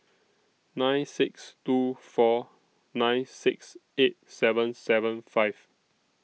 nine six two four nine six eight seven seven five